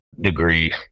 degree